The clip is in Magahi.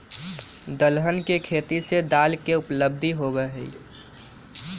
दलहन के खेती से दाल के उपलब्धि होबा हई